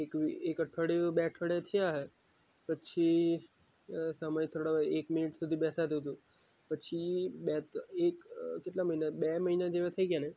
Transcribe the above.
એક વિ એક અઠવાડિયું બે અઠવાડિયાં થયાં હશે પછી સમય થોડા એક મિનિટ બેસાતું હતું પછી બે ત્ર એક કેટલા મહિના બે મહિના જેવા થઈ ગયાને